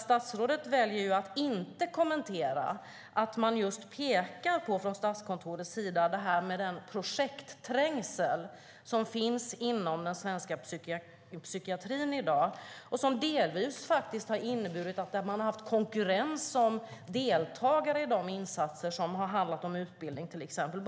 Statsrådet väljer nämligen att inte kommentera att man från Statskontorets sida just pekar på den projektträngsel som finns inom den svenska psykiatrin i dag och som delvis har inneburit att man har haft konkurrens om deltagare i de insatser som har handlat om utbildning, till exempel.